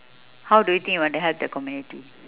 how do you think you want to help the community